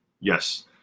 yes